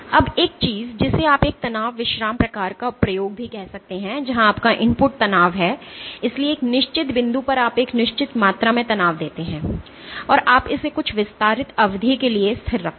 अब एक चीज जिसे आप एक तनाव विश्राम प्रकार का प्रयोग भी कह सकते हैं जहां आपका इनपुट तनाव है इसलिए एक निश्चित बिंदु पर आप एक निश्चित मात्रा में तनाव देते हैं और आप इसे कुछ विस्तारित अवधि के लिए स्थिर रखते हैं